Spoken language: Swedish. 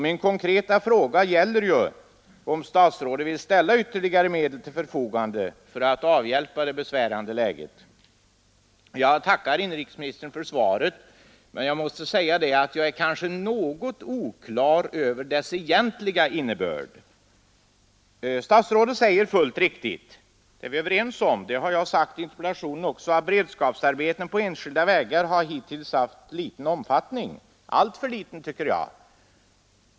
Min konkreta fråga är om statsrådet vill ställa ytterligare medel till förfogande för att råda bot på det besvärande läget. Jag tackar inrikesministern för svaret, men jag är inte helt på det klara med dess egentliga innebörd. Statsrådet säger fullt riktigt det är vi överens om, och jag har också sagt det i interpellationen — att beredskapsarbeten på enskilda vägar hittills har haft liten omfattning, alltför liten tycker jag.